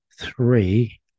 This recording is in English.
Three